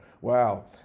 Wow